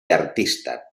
artista